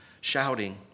shouting